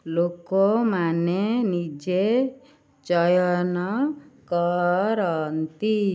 ଲୋକମାନେ ନିଜେ ଚୟନ କରନ୍ତି